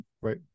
Right